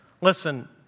Listen